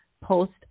post